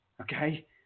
Okay